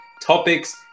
topics